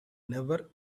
never